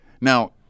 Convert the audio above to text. Now